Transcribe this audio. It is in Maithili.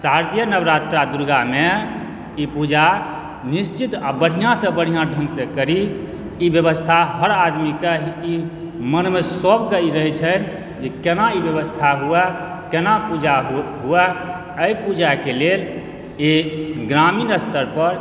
शारदीय नवरात्रा दुर्गा मे ई पूजा निश्चित आ बढ़िऑं सॅं बढ़िऑं ढंग सॅं करी ई व्यवस्था हर आदमी के ई मन मे सबके ई रहै छै जे केना ई व्यवस्था होइ केना पूजा होइ अइ पूजा के लेल ई ग्रामीण स्तर पर